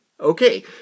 Okay